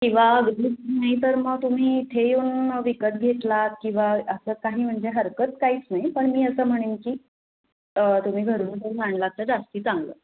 किंवा घरी करून नाही तर मग तुम्ही इथे येऊन विकत घेतलात किंवा असं काही म्हणजे हरकत काहीच नाही पण मी असं म्हणेन की तुम्ही घरून जर आणलात तर जास्त चांगलं